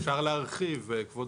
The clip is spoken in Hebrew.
אפשר להרחיב, כבוד